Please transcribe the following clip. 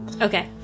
Okay